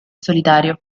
solitario